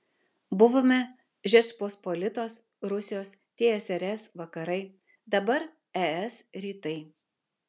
buvome žečpospolitos rusijos tsrs vakarai dabar es rytai